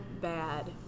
bad